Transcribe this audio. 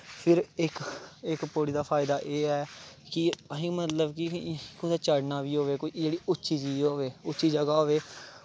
फिर इक पौड़ी दी फायदा एह् ऐ कि मतलब अस कुदै चढ़ना बी होऐ कुदै उच्ची जगह होऐ